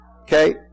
Okay